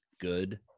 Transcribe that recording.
good